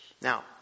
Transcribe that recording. Now